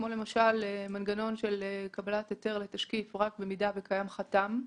כמו מנגנון של קבלת היתר לתשקיף רק במידה וקיים חתם,